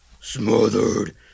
Smothered